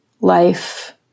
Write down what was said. life